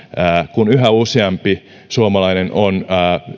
kun yhä useampi suomalainen